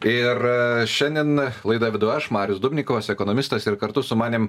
ir šiandien laidą vedu aš marius dubnikovas ekonomistas ir kartu su manim